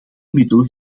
middelen